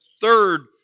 third